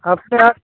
अपने